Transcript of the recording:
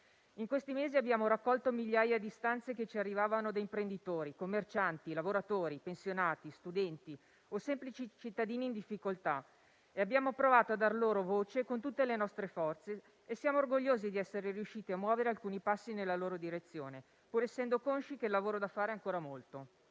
In questi mesi abbiamo raccolto migliaia di istanze che ci arrivavano da imprenditori, commercianti, lavoratori, pensionati, studenti o semplici cittadini in difficoltà e abbiamo provato a dar loro voce con tutte le nostre forze. Siamo orgogliosi di essere riusciti a muovere alcuni passi nella loro direzione, pur essendo consci che il lavoro da fare è ancora molto.